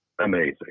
Amazing